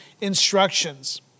instructions